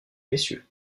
messieurs